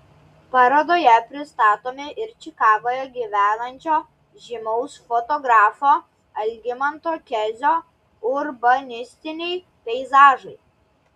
parodoje pristatomi ir čikagoje gyvenančio žymaus fotografo algimanto kezio urbanistiniai peizažai